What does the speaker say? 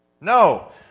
No